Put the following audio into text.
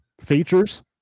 features